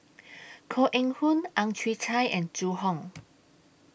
Koh Eng Hoon Ang Chwee Chai and Zhu Hong